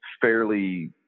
fairly